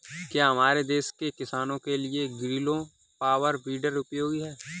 क्या हमारे देश के किसानों के लिए ग्रीलो पावर वीडर उपयोगी है?